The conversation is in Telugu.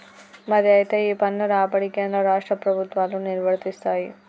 మరి అయితే ఈ పన్ను రాబడి కేంద్ర రాష్ట్ర ప్రభుత్వాలు నిర్వరిస్తాయి